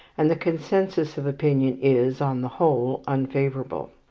and the consensus of opinion is, on the whole, unfavourable.